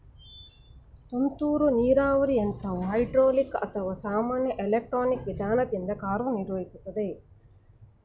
ತುಂತುರು ನೀರಾವರಿ ಯಂತ್ರವು ಹೈಡ್ರೋಲಿಕ್ ಅಥವಾ ಸಾಮಾನ್ಯ ಎಲೆಕ್ಟ್ರಾನಿಕ್ ವಿಧಾನದಿಂದ ಕಾರ್ಯನಿರ್ವಹಿಸುತ್ತದೆ